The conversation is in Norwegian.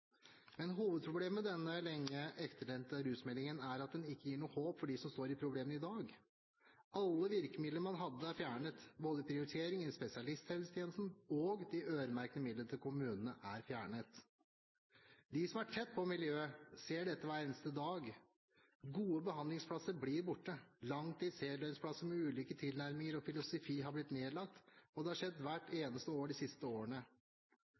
Men hovedproblemet med denne lenge etterlengtede rusmeldingen er at den ikke gir noe håp for dem som står i problemene i dag. Alle virkemidler man hadde, er fjernet. Både prioriteringen innen spesialisthelsetjenesten og de øremerkede midlene til kommunene er fjernet. De som er tett på miljøet, ser dette hver eneste dag. Gode behandlingsplasser blir borte. Langtids heldøgnsplasser med ulike tilnærminger og filosofi har blitt nedlagt, og det har skjedd hvert eneste år de siste årene.